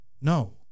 No